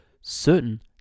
certain